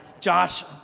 Josh